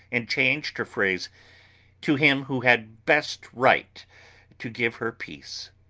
and changed her phrase to him who had best right to give her peace.